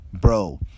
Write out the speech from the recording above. bro